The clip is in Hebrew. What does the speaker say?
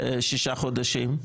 שישה חודשים.